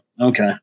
Okay